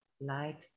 light